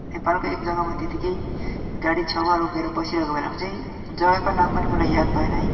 नेपालको एकजग्गामा त्यतिकै गाडी छेउमा रोकेर बसिरहेको बेलामा चाहिँ जग्गाको नाम पनि मलाई याद भएन है